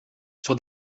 sur